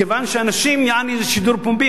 כיוון שאנשים, יעני זה שידור פומבי.